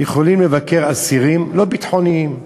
יוכלו לבקר אסירים לא ביטחוניים.